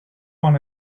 one